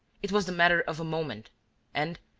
it was the matter of a moment and,